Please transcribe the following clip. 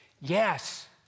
Yes